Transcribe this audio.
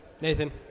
Nathan